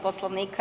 Poslovnika.